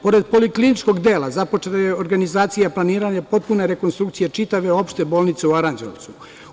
Pored polikliničkog dela, započeta je organizacija planiranja popune rekonstrukcije čitave Opšte bolnice u Aranđelovcu.